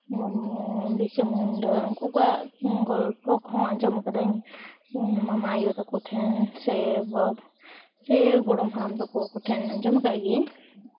ᱢᱩᱨᱢᱩ ᱵᱤᱨᱥᱟ ᱢᱩᱱᱰᱟ ᱩᱱᱠᱩ ᱠᱚᱣᱟᱜ ᱜᱚᱞᱯᱷᱚ ᱠᱚᱦᱚᱸ ᱟᱸᱡᱚᱢ ᱟᱠᱟᱫᱟᱹᱧ ᱤᱧ ᱢᱟᱢᱟ ᱟᱭᱳ ᱛᱟᱠᱚ ᱴᱷᱮᱱ ᱥᱮ ᱥᱮ ᱜᱚᱲᱚᱢ ᱦᱟᱲᱟᱢ ᱛᱟᱠᱚ ᱴᱷᱮᱱ ᱟᱸᱡᱚᱢ ᱟᱠᱟᱫ ᱜᱤᱭᱟᱹᱧ